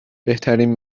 بهترین